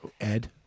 Ed